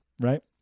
right